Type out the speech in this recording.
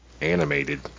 animated